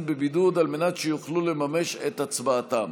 בבידוד על מנת שיוכלו לממש את הצבעתם.